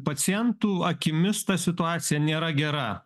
pacientų akimis ta situacija nėra gera